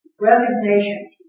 resignation